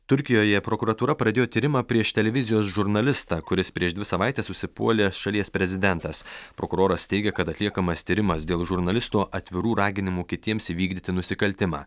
turkijoje prokuratūra pradėjo tyrimą prieš televizijos žurnalistą kuris prieš dvi savaites užsipuolė šalies prezidentas prokuroras teigė kad atliekamas tyrimas dėl žurnalisto atvirų raginimų kitiems įvykdyti nusikaltimą